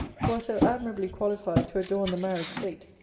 who are so admirably qualified to adorn the married state,